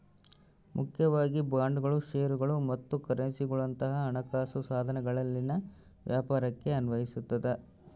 ಮುಖ್ಯವಾಗಿ ಬಾಂಡ್ಗಳು ಷೇರುಗಳು ಮತ್ತು ಕರೆನ್ಸಿಗುಳಂತ ಹಣಕಾಸು ಸಾಧನಗಳಲ್ಲಿನ ವ್ಯಾಪಾರಕ್ಕೆ ಅನ್ವಯಿಸತದ